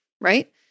right